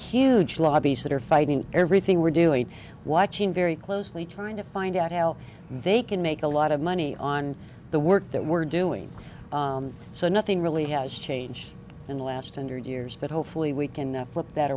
huge lobbies that are fighting everything we're doing watching very closely trying to find out how they can make a lot of money on the work that we're doing so nothing really has changed in the last hundred years but hopefully we can flip that